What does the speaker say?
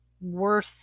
worth